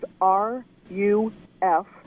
R-U-F